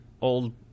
old